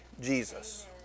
Jesus